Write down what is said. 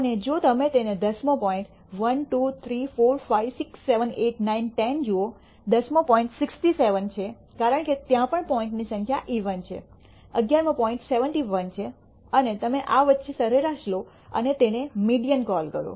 અને જો તમે તેને દસમો પોઇન્ટ 1 2 3 4 5 6 7 8 9 10 જુઓ દસમો પોઇન્ટ 67 છે કારણ કે ત્યાં પણ પોઈન્ટની સંખ્યા ઈવન છે અગિયારમો પોઇન્ટ 71 છે અને તમે આ વચ્ચે સરેરાશ લો અને તેને મીડીઅન કોલ કરો